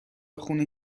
خون